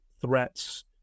threats